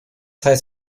heißt